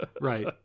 Right